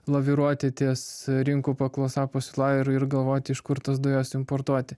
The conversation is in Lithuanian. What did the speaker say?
laviruoti ties rinkų paklausa pasiūla ir ir galvoti iš kur tas dujas importuoti